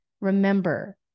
Remember